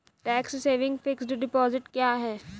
Tax saving fixed deposit क्या है?